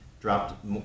Dropped